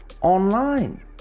online